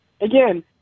again